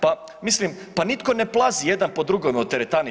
Pa mislim pa nitko ne plazi jedan po drugome u teretani.